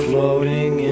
Floating